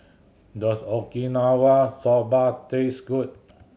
does Okinawa Soba taste good